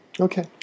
Okay